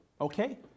Okay